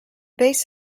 base